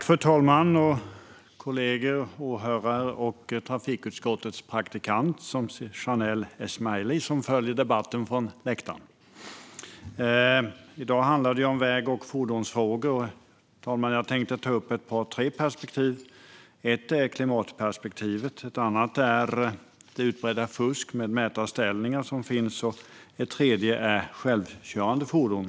Fru talman, kollegor, åhörare och trafikutskottets praktikant Shanelle Esmaeili, som följer debatten från läktaren! I dag handlar det om väg och fordonsfrågor, och jag tänkte ta upp tre perspektiv. Ett är klimatperspektivet, ett annat är det utbredda fusket med mätarställningar och det tredje är självkörande fordon.